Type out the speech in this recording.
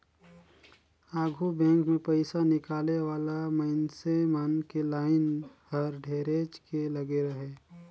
आघु बेंक मे पइसा निकाले वाला मइनसे मन के लाइन हर ढेरेच के लगे रहें